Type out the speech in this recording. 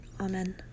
Amen